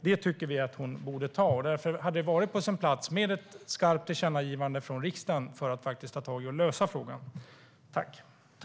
Det tycker vi att hon borde ta. Därför hade det varit på sin plats med ett skarpt tillkännagivande från riksdagen för att faktiskt ta tag i och lösa frågan.